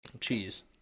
cheese